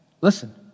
listen